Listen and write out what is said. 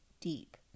deep